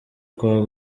kuwa